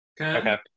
Okay